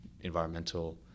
environmental